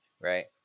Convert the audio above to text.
right